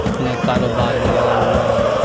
اپنے کاروبار میں لگا ہوا ہے